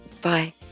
Bye